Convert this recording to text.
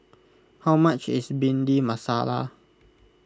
how much is Bhindi Masala